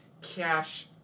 cash